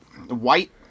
white